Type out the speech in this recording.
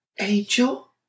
Angel